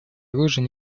оружия